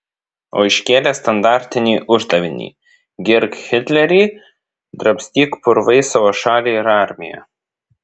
o iškėlė standartinį uždavinį girk hitlerį drabstyk purvais savo šalį ir armiją